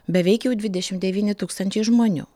beveik jau dvidešimt devyni tūkstančiai žmonių